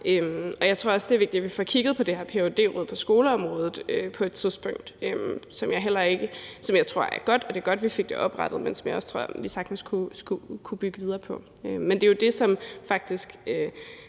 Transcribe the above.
på et tidspunkt får kigget på det her ph.d.-råd på skoleområdet, som jeg tror er godt, og det er godt, at vi fik det oprettet, og det tror jeg sagtens vi kunne bygge videre på. Men det er jo det, som